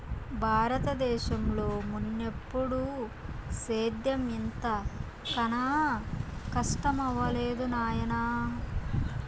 బారత దేశంలో మున్నెప్పుడూ సేద్యం ఇంత కనా కస్టమవ్వలేదు నాయనా